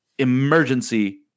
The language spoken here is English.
emergency